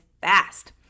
fast